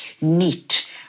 Neat